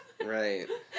Right